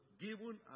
given